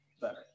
better